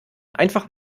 einfach